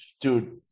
dude